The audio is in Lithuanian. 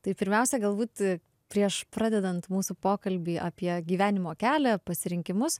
tai pirmiausia galbūt prieš pradedant mūsų pokalbį apie gyvenimo kelią pasirinkimus